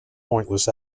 pointless